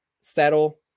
settle